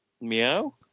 Meow